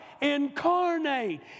incarnate